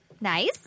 Nice